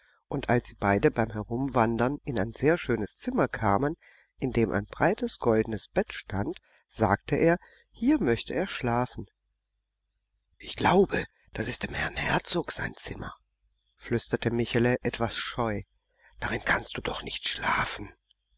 und als sie beide beim herumwandern in ein sehr schönes zimmer kamen in dem ein breites goldenes bett stand sagte er hier möchte er schlafen ich glaube das ist dem herrn herzog sein zimmer flüsterte michele etwas scheu darin kannst du doch nicht schlafen